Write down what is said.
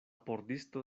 pordisto